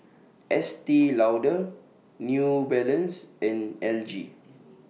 Estee Lauder New Balance and L G